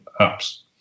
apps